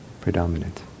predominant